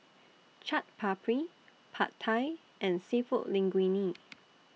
Chaat Papri Pad Thai and Seafood Linguine